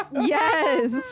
Yes